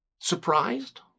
surprised